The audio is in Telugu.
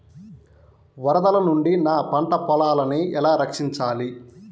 వరదల నుండి నా పంట పొలాలని ఎలా రక్షించాలి?